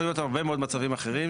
יכולים להיות עוד הרבה מצבים אחרים,